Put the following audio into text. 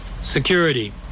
security